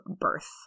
birth